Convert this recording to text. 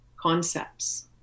concepts